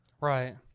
Right